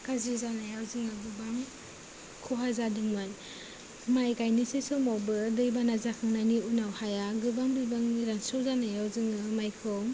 गाज्रि जानायाव जोङो गोबां खहा जादोंमोन माइ गायनोसै समावबो दै बाना जाखांनायनि उनाव हाया गोबां बिबांनि रानस्राव जानायाव जोङो माइखौ